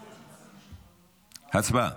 הצבעה.